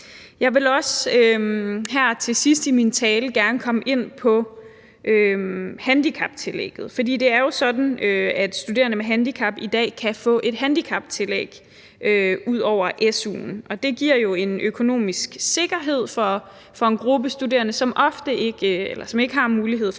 Jeg vil også her til sidst i min tale gerne komme ind på handicaptillægget. For det er jo sådan, at studerende med handicap i dag kan få et handicaptillæg ud over su'en, og det giver en økonomisk sikkerhed for en gruppe studerende, som ikke har mulighed for